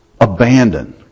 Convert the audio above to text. abandon